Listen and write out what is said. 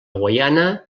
guaiana